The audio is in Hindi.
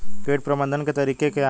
कीट प्रबंधन के तरीके क्या हैं?